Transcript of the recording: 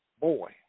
boy